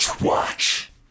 Watch